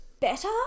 better